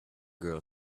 girl